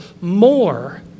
more